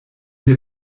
der